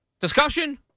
discussion